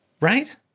Right